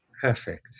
Perfect